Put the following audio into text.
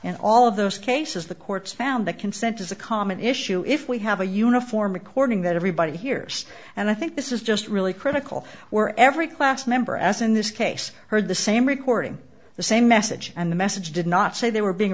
in all of those cases the courts found that consent is a common issue if we have a uniform recording that everybody hears and i think this is just really critical where every class member as in this case heard the same recording the same message and the message did not say they were being